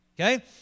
Okay